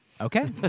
Okay